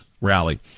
rally